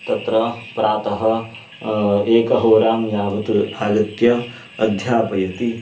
तत्र प्रातः एकहोरां यावत् आगत्य अध्यापयति